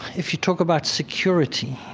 if you talk about security,